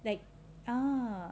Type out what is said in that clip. like ah